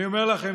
אני אומר לכם,